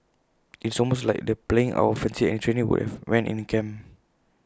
IT is almost like the playing out of A fantasy any trainee would have when in camp